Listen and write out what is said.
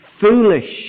foolish